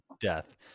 death